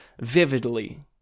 vividly